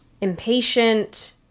impatient